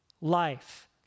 life